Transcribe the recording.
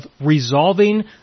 resolving